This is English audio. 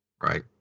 Right